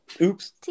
Oops